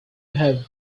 have